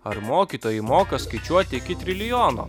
ar mokytojai moka skaičiuoti iki trilijono